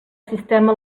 sistema